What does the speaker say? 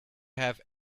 have